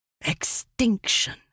Extinction